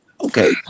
Okay